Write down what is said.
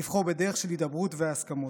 לבחור בדרך של הידברות והסכמות.